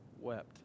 wept